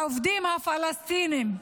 העובדים הפלסטינים,